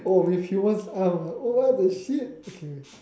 oh with human arms oh what the shit okay